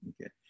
okay